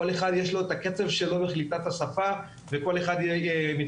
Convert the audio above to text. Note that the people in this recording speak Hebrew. כל אחד יש לו את הקצב שלו בקליטת השפה וכל אחד מתקדם